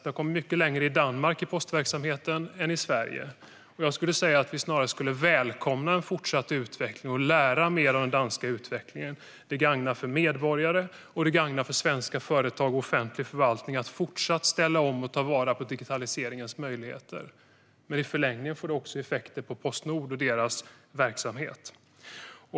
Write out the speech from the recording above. Den har kommit mycket längre i postverksamheten i Danmark än i den i Sverige. Jag skulle säga att vi snarast borde välkomna en fortsatt utveckling och lära mer av den danska utvecklingen. Det gagnar medborgare, svenska företag och offentlig förvaltning att fortsätta ställa om och ta vara på digitaliseringens möjligheter. Men i förlängningen får det effekter på Postnord och dess verksamhet.